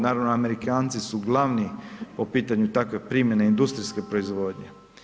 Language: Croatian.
Naravno, Amerikanci su glavni po pitanju takve primjene, industrijske proizvodnje.